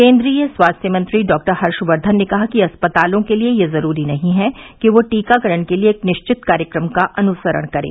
केन्द्रीय स्वास्थ्य मंत्री डॉक्टर हर्षवर्धन ने कहा कि अस्पतालों के लिए यह जरूरी नहीं है कि वे टीकाकरण के लिए एक निश्चित कार्यक्रम का अनुसरण करें